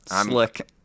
Slick